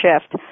shift